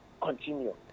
continue